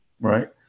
right